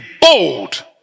bold